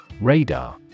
Radar